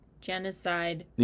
genocide